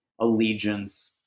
allegiance